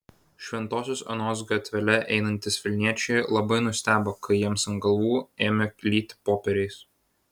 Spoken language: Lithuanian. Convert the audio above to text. šventosios onos gatvele einantys vilniečiai labai nustebo kai jiems ant galvų ėmė lyti popieriais